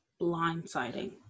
blindsiding